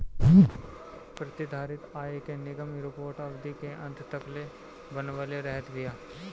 प्रतिधारित आय के निगम रिपोर्ट अवधि के अंत तकले बनवले रहत बिया